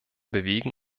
bewegen